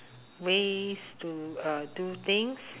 ways to uh do things